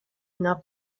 una